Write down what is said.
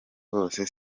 bose